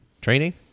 training